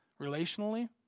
relationally